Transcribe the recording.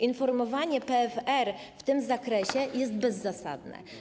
Informowanie PFR w tym zakresie jest bezzasadne.